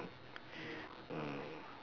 mm